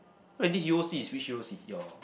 wait this U_O_C is which U_O_C your